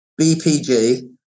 BPG